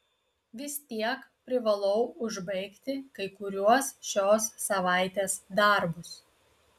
vis tiek privalau užbaigti kai kuriuos šios savaitės darbus